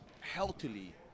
healthily